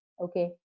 Okay